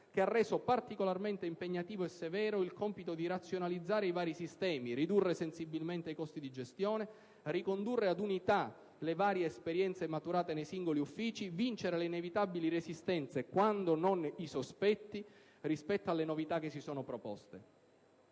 che ha reso particolarmente impegnativo e severo il compito di razionalizzare i vari sistemi, ridurre sensibilmente i costi di gestione, ricondurre ad unità le varie esperienze maturate nei singoli uffici, vincere le inevitabili resistenze, quando non i sospetti, rispetto alle novità che si sono proposte.